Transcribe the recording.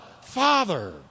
Father